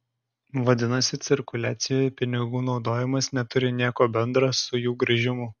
vadinasi cirkuliacijoje pinigų naudojimas neturi nieko bendra su jų grįžimu